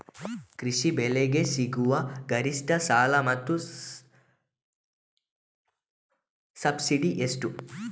ಕೃಷಿ ಬೆಳೆಗಳಿಗೆ ಸಿಗುವ ಗರಿಷ್ಟ ಸಾಲ ಮತ್ತು ಸಬ್ಸಿಡಿ ಎಷ್ಟು?